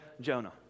Jonah